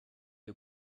you